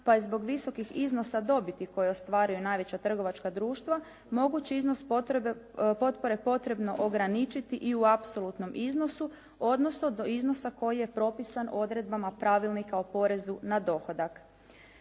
pa je zbog visokog iznosa dobiti koja ostvaruju najveća trgovačka društva mogući iznos potpore potrebno ograničiti i u apsolutnom iznosu, odnosno do iznosa koji je propisan odredbama Pravilnika o porezu na dohodak.